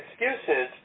excuses